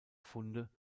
funde